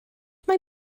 mae